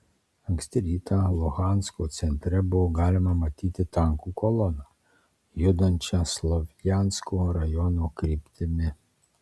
anksti ryte luhansko centre buvo galima matyti tankų koloną judančią slovjansko rajono kryptimi